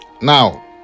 now